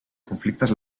conflictes